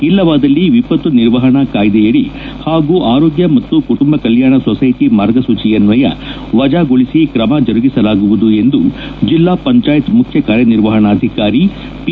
ಇಲ್ಲವಾದಲ್ಲಿ ವಿಪತ್ತು ನಿರ್ವಹಣಾ ಕಾಯ್ದೆಯಡಿ ಹಾಗೂ ಆರೋಗ್ಯ ಮತ್ತು ಕುಟುಂಬ ಕಲ್ಟಾಣ ಸೊಸೈಟ ಮಾರ್ಗಸೂಚಿಯನ್ವಯ ವಚಾಗೊಳಿಸಿ ಕ್ರಮ ಜರುಗಿಸಲಾಗುವುದು ಎಂದು ಜಿಲ್ಲಾ ಪಂಚಾಯತ್ ಮುಖ್ಯ ಕಾರ್ಯನಿರ್ವಾಹಕಾಧಿಕಾರಿ ಪಿ